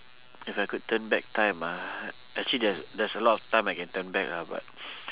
if I could turn back time ah actually there's there's a lot of time I can turn back ah but